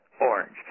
orange